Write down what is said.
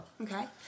Okay